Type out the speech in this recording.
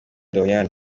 doriane